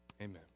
amen